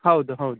ಹೌದು ಹೌದು